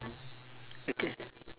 okay